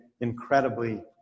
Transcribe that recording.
incredibly